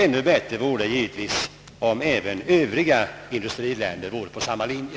Ännu bättre vore givetvis om även övriga industriländer vore på samma linje.